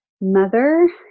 mother